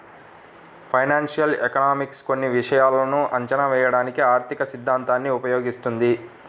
financial economics కొన్ని విషయాలను అంచనా వేయడానికి ఆర్థికసిద్ధాంతాన్ని ఉపయోగిస్తుంది